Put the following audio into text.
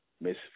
Miss